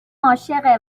عاشقه